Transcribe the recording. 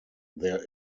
there